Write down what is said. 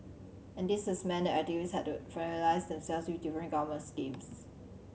and this has meant that activist had to familiarise themself with different government schemes